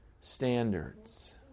standards